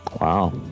Wow